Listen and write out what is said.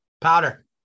Powder